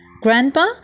Grandpa